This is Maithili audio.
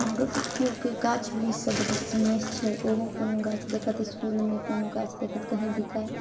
हमरो केओ केओ गाछ बृच्छसँ सिनेह छै ओहो कोनो गाछ देखत इसकूलमे कोनो गाछ देखत कही बिकाइत